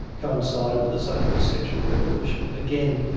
coincided with the so-called sexual revolution. again,